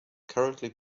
currently